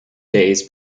days